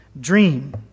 Dream